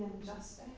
injustice